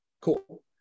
cool